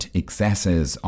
excesses